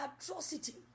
atrocity